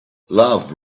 love